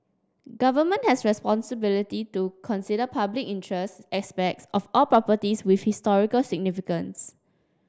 government has responsibility to consider public interest aspects of all properties with historical significance